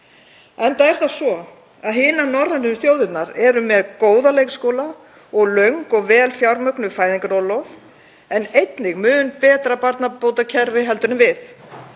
enda er það svo að hinar norrænu þjóðirnar eru með góða leikskóla og löng og vel fjármögnuð fæðingarorlofskerfi en einnig mun betra barnabótakerfi en við.